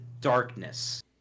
Darkness